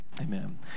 Amen